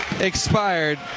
expired